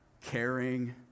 caring